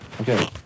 Okay